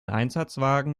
einsatzwagen